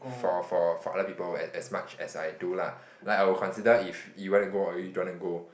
for for for other people as as much as I do lah like I will consider if you want to go or you don't want to go